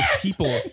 people